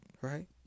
right